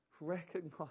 recognize